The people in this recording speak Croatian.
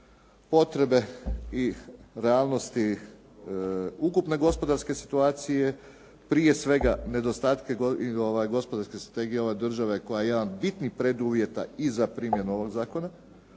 potrebe i realnosti ukupne gospodarske situacije, prije svega nedostatke gospodarske strategije ove države koja je jedan bitnih preduvjeta i za primjenu ovog zakona,